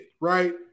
right